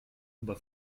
aber